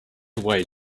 away